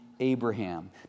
Abraham